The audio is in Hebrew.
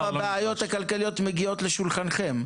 אבל בסוף הבעיות הכלכליות מגיעות לשולחנכם.